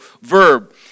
verb